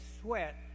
sweat